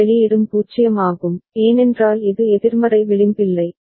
இந்த வெளியீடும் 0 ஆகும் ஏனென்றால் இது எதிர்மறை விளிம்பில்லை